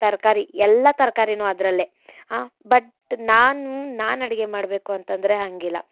ತರಕಾರಿ ಎಲ್ಲ ತರಕಾರಿನು ಅದರಲ್ಲೇ ಬಟ್ ನಾನು ನಾನು ಅಡುಗೆ ಮಾಡಬೇಕು ಅಂತಂದರೆ ಹಂಗಿಲ್ಲ